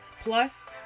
Plus